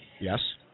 Yes